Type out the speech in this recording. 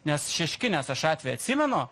nes šeškinės aš atvejį atsimenu